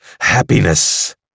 happiness